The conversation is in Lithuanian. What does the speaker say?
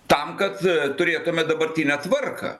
tam kad turėtume dabartinę tvarką